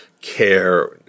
care